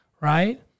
right